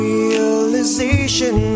Realization